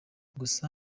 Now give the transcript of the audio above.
gusa